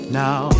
now